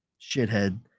shithead